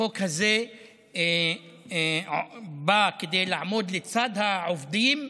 החוק הזה בא כדי לעמוד לצד העובדים,